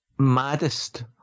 maddest